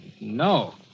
no